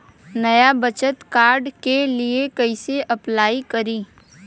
नया बचत कार्ड के लिए कइसे अपलाई करी?